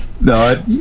No